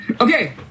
Okay